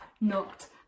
knocked